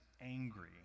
angry